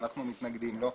שאנחנו מתנגדים לו,